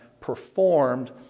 performed